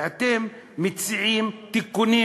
ואתם מציעים תיקונים,